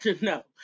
no